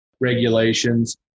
regulations